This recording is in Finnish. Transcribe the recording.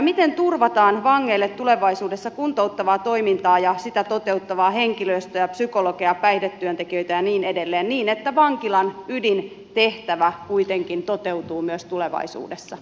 miten turvataan vangeille tulevaisuudessa kuntouttavaa toimintaa ja sitä toteuttavaa henkilöstöä psykologeja päihdetyöntekijöitä ja niin edelleen niin että vankilan ydintehtävä kuitenkin toteutuu myös tulevaisuudessa